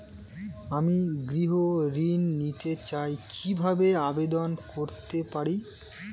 আমি গৃহ ঋণ নিতে চাই কিভাবে আবেদন করতে পারি?